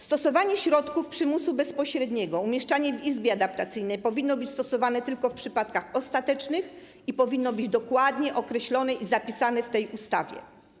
Stosowanie środków przymusu bezpośredniego, umieszczanie w izbie adaptacyjnej powinno mieć miejsce tylko w przypadkach ostatecznych i powinno być dokładnie określone i zapisane w tej ustawie.